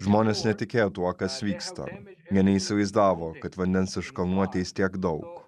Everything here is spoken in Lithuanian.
žmonės netikėjo tuo kas vyksta jie neįsivaizdavo kad vandens iš kalnų ateis tiek daug